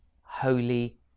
Holy